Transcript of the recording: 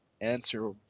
answer